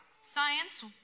Science